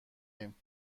ایم